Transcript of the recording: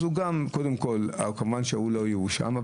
האזרח לא יואשם,